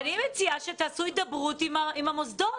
אני מציעה שתעשו הידברות עם המוסדות,